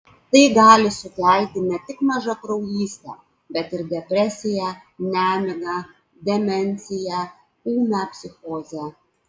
tai gali sukelti ne tik mažakraujystę bet ir depresiją nemigą demenciją ūmią psichozę